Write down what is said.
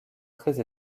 très